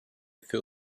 für